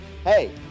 Hey